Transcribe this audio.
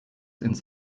ins